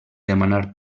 demanar